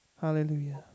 Hallelujah